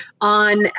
on